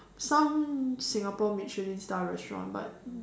some Singapore Michelin star restaurant but